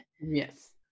Yes